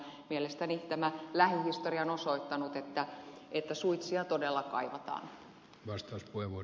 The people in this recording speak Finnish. mielestäni tämä lähihistoria on osoittanut että suitsia todella kaivataan